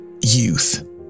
youth